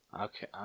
Okay